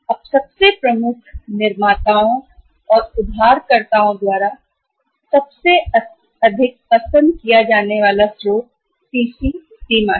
अब सबसे प्रमुख सबसे अधिक प्रकाश पसंद निर्माता या उधारकर्ता के लिए स्रोत सीसी सीमा है